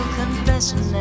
confession